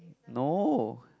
no